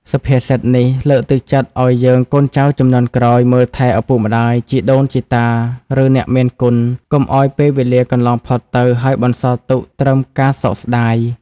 សុភាសិតនេះលើកទឹកចិត្តឲ្យយើងកូនចៅជំនាន់ក្រោយមើលថែឪពុកម្តាយ ជីដូនជីតា ឬអ្នកមានគុណ កុំឲ្យពេលវេលាកន្លងផុតទៅ ហើយបន្សល់ទុកត្រឹមការសោកស្តាយ។